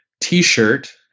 t-shirt